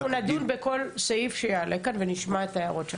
אנחנו נדון בכל סעיף שיעלה כאן ונשמע את ההערות שלכם.